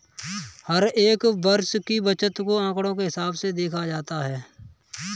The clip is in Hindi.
हर एक वर्ष की बचत को आंकडों के हिसाब से देखा जाता है